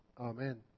Amen